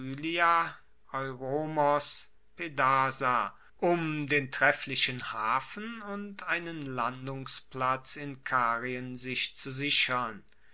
euromos pedasa um den trefflichen hafen und einen landungsplatz in karien sich zu sichern